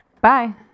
bye